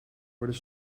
worden